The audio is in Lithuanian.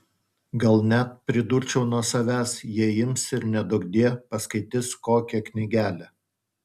gal net pridurčiau nuo savęs jie ims ir neduokdie paskaitys kokią knygelę